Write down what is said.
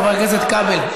חבר הכנסת כבל.